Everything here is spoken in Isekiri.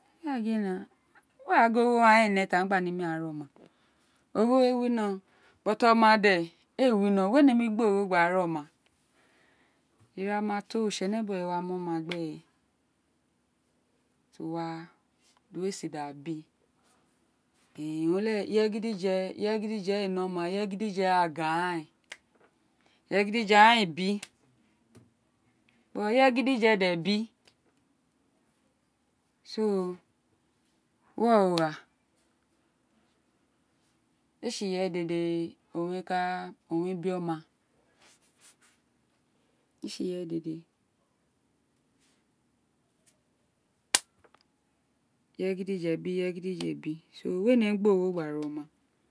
wé wã gin ogho owun aghaan éè ne tí aghaan ee nemi wa ra oma ogho wé wino oma de éè wino wẽ nemi gbiogho wé gba rà oma ira ma to oritesne bu we wa mí oma gbe ti o wá di uwo éè sĩ ra bi ireye gidye éè ne oma ireye gidije ágán ren ireye aghan éè bí ireye grdije de bi ẃerè owun o gha ee tsi ireye dede owun re ka bi oma ee tsi ireye dédè ireye gidiye bi ireye gidije éè bí we nemi gbí ogho gbà ra óma.